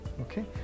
okay